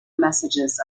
messages